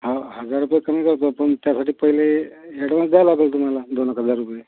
हो हजार रुपये कमी करतो पण त्यासाठी पहिले ऍडव्हान्स द्यावा लागेल तुम्हाला दोन हजार हजार रुपये